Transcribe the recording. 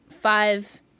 Five